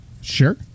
Sure